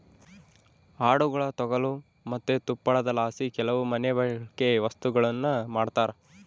ಆಡುಗುಳ ತೊಗಲು ಮತ್ತೆ ತುಪ್ಪಳದಲಾಸಿ ಕೆಲವು ಮನೆಬಳ್ಕೆ ವಸ್ತುಗುಳ್ನ ಮಾಡ್ತರ